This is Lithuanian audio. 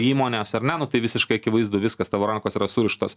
įmonės ar ne nu tai visiškai akivaizdu viskas tavo rankos yra surištos